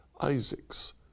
Isaac's